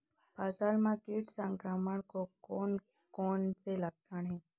फसल म किट संक्रमण के कोन कोन से लक्षण हे?